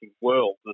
world